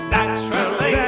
Naturally